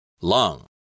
Lung